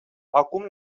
acum